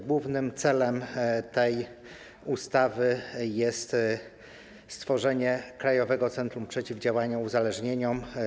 Głównym celem tej ustawy jest stworzenie Krajowego Centrum Przeciwdziałania Uzależnieniom.